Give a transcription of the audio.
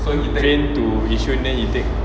train to yishun then he take